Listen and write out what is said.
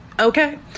Okay